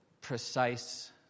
precise